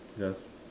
just